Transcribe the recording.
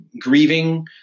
grieving